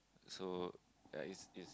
so uh it's it's